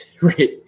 Right